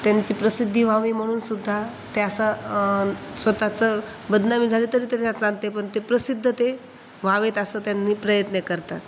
त्यांची प्रसिद्धी व्हावी म्हणून सुद्धा ते असं स्वत चं बदनामी झालं तरी त्यांना चालते पण ते प्रसिद्ध ते व्हावेत असं त्यांनी प्रयत्न करतात